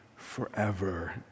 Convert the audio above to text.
Forever